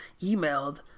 emailed